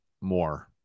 more